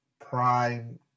Prime